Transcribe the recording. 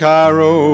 Cairo